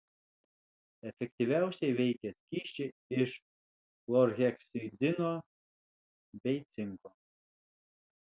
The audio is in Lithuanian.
efektyviausiai veikia skysčiai iš chlorheksidino bei cinko